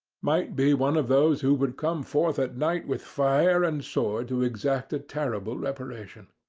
might be one of those who would come forth at night with fire and sword to exact a terrible reparation.